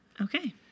Okay